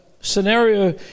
scenario